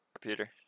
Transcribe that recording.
computer